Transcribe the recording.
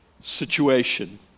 situation